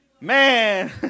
Man